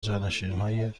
جانشینانهای